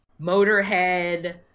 Motorhead